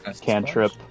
Cantrip